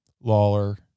Lawler